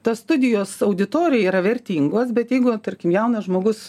ta studijos auditorija yra vertingos bet jeigu tarkim jaunas žmogus